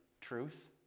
truth